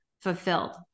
fulfilled